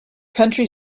country